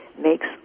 makes